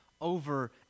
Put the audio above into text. over